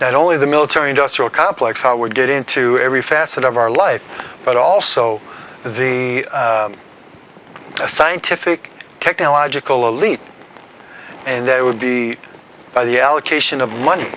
ot only the military industrial complex how we get into every facet of our life but also the scientific technological elite and there would be by the allocation of money